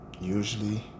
usually